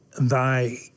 thy